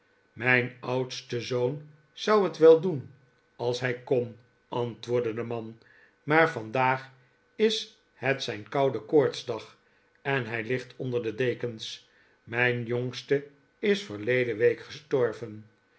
mijn oudste zoon zou het wel doen als hij kon antwoordde de man r maar vandaag is het zijn koude koortsdag en hij ligt onder de dekens mijn jongste is verleden week gestorven